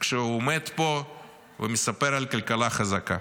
כשהוא עומד פה ומספר על כלכלה חזקה?